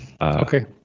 Okay